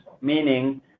meaning